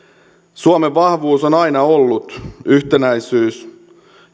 suomen vahvuus on aina ollut yhtenäisyys